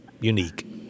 unique